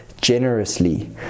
generously